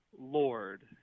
lord